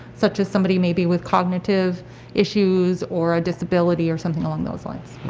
such as somebody maybe with cognitive issues or a disability or something along those lines?